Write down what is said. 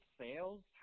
sales